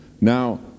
Now